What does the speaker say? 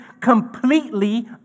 completely